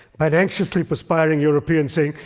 by an anxiously perspiring european saying,